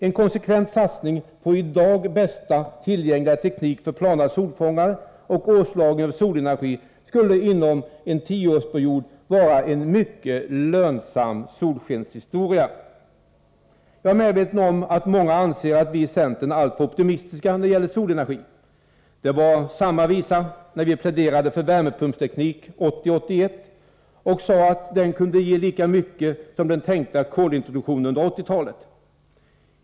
En konsekvent satsning på i dag bästa tillgängliga teknik för plana solfångare och årslagring av solenergi skulle inom en tioårsperiod vara en mycket lönsam ”solskenshistoria”. Jag är medveten om att många anser att vi i centern är alltför optimistiska när det gäller solenergin. Det var samma visa när vi pläderade för värmepumpstekniken 1980/81 och sade att den kunde ge lika mycket som den tänkta kolintroduktionen under 1980-talet.